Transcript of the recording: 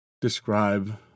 describe